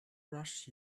rush